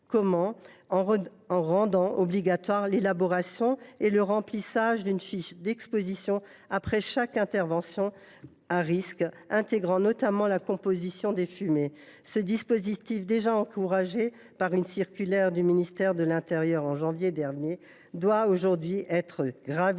en rendant obligatoires l’élaboration et le renseignement d’une fiche d’exposition après chaque intervention à risque, intégrant notamment la composition des fumées. Ce dispositif, déjà encouragé par une circulaire émise par le ministère de l’intérieur en janvier dernier, doit aujourd’hui être gravé